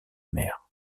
mère